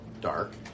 dark